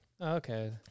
Okay